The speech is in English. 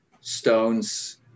Stones